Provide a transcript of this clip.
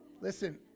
Listen